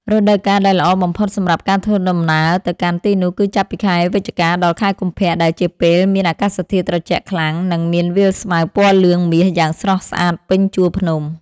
រដូវកាលដែលល្អបំផុតសម្រាប់ការធ្វើដំណើរទៅកាន់ទីនោះគឺចាប់ពីខែវិច្ឆិកាដល់ខែកុម្ភៈដែលជាពេលមានអាកាសធាតុត្រជាក់ខ្លាំង និង មានវាលស្មៅពណ៌លឿងមាសយ៉ាងស្រស់ស្អាតពេញជួរភ្នំ។